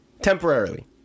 Temporarily